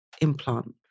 implant